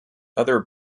other